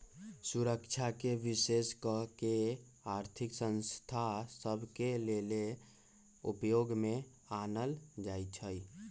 सुरक्षाके विशेष कऽ के आर्थिक संस्था सभ के लेले उपयोग में आनल जाइ छइ